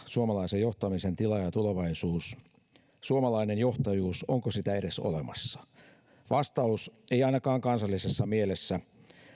suomalaisen johtamisen tila ja ja tulevaisuus vuodelta kaksituhattakahdeksantoista suomalainen johtajuus onko sitä edes olemassa vastaus ei ainakaan kansallisessa mielessä